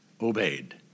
obeyed